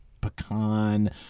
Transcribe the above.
pecan